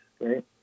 right